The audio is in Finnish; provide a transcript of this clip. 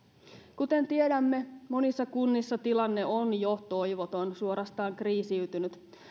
kuten tiedämme monissa kunnissa tilanne on jo toivoton suorastaan kriisiytynyt